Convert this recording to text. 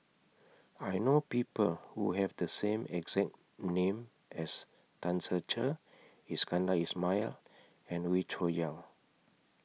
I know People Who Have The same exact name as Tan Ser Cher Iskandar Ismail and Wee Cho Yaw